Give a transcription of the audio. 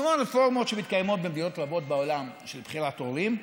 יש המון רפורמות שמתקיימות במדינות רבות בעולם של בחירת הורים.